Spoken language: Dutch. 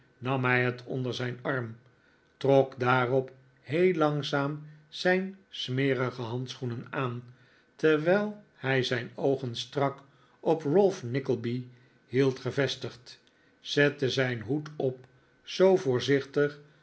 nam hij het onder zijn arm trok daarop heel langzaam zijn smerige handschoenen aan terwijl hij zijn oogen strak op ralph nickleby hield gevestigd zette zijn hoed op zoo voorzichtig